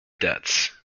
debts